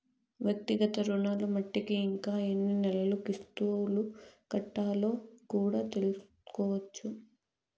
వ్యక్తిగత రుణాలు మట్టికి ఇంకా ఎన్ని నెలలు కిస్తులు కట్టాలో కూడా తెల్సుకోవచ్చు